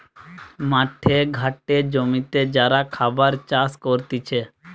মাঠে ঘাটে জমিতে যারা খাবার চাষ করতিছে